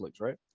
right